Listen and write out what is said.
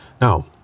Now